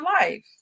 life